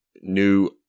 new